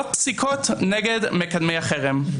והפסיקות נגד מקדמי החרם.